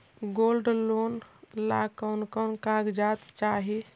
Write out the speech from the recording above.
Gold loan ला कौन कौन कागजात चाही?